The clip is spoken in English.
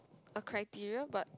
a criteria but